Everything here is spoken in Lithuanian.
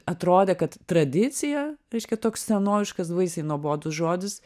atrodė kad tradicija reiškia toks senoviškas baisiai nuobodus žodis